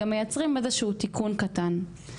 גם מייצרים איזשהו תיקון קטן.